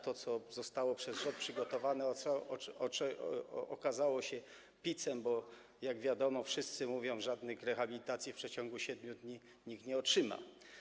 To, co zostało przez rząd przygotowane, okazało się picem, bo jak wiadomo, wszyscy to mówią, żadnej rehabilitacji w przeciągu 7 dni nikt nie otrzyma.